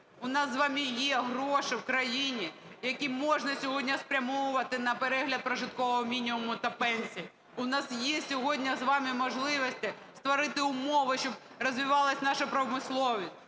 У нас з вами є гроші в країні, які можна сьогодні спрямовувати на перегляд прожиткового мінімуму та пенсій, у нас є сьогодні з вами можливості створити умови, щоб розвивалася наша промисловість,